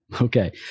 okay